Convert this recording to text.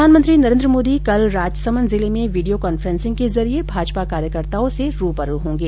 प्रधानमंत्री नरेन्द्र मोदी कल राजसमंद जिले में वीडियो कांफेसिंग के जरिए भाजपा कार्यकर्ताओं से रूबरू होंगे